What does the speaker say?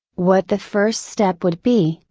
what the first step would be,